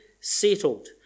settled